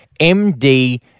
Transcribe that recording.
MD